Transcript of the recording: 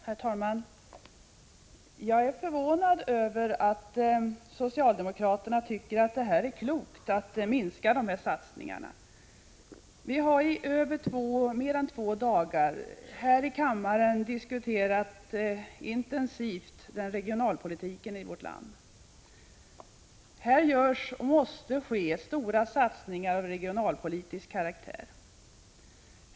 Herr talman! Jag är förvånad över att socialdemokraterna tycker att det är klokt att minska dessa satsningar. Vi har i mer än två dagar här i kammaren intensivt diskuterat regionalpolitiken i vårt land. I de här områdena måste det göras stora satsningar av regionalpolitisk karaktär.